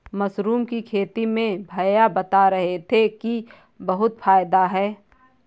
mushroom की खेती में भैया बता रहे थे कि बहुत फायदा है